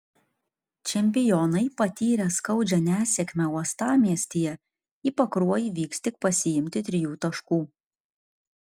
čempionai patyrę skaudžią nesėkmę uostamiestyje į pakruojį vyks tik pasiimti trijų taškų